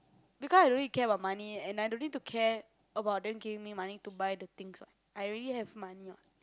because I don't need to care about money and I don't need to care about them giving me money to buy the things what I already have money what